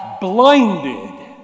blinded